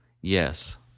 Yes